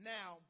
Now